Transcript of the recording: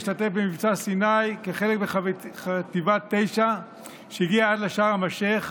והשתתף במבצע סיני כחלק מחטיבה 9 שהגיעה עד לשארם א-שייח',